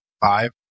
five